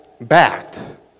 bat